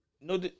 no